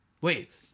Wait